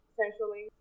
Essentially